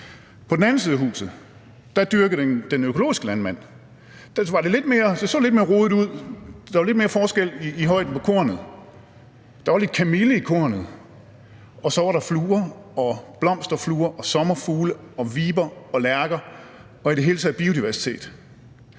På den anden side af huset hos den økologiske landmand så det lidt mere rodet ud, der var lidt mere forskel i højden på kornet, der var lidt kamille i kornet, og så var der fluer, blomsterfluer, sommerfugle, viber, lærker og i det hele taget biodiversitet.